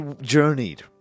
journeyed